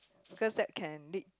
because that can lead